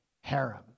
harem